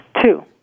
two